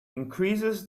increases